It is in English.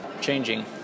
changing